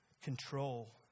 Control